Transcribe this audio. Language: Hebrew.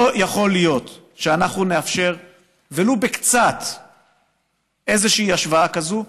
לא יכול להיות שאנחנו נאפשר ולו מעט איזו השוואה כזאת.